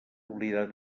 oblidar